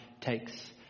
takes